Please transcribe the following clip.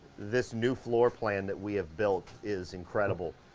this new floor plan that we have built is incredible.